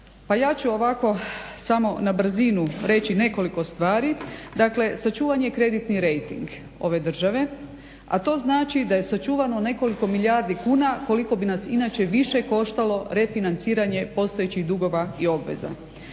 Pa ja ću ovako samo na brzinu reći nekoliko stvari. Dakle sačuvan je kreditni rejting ove države a to znači da je sačuvano nekoliko milijardi kuna koliko bi nas inače više koštalo refinanciranje postojećih dugova i obveza.